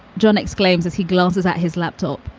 john exclaims as he glances at his laptop.